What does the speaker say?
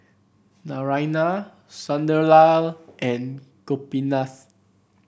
Naraina Sunderlal and Gopinath